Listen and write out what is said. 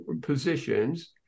positions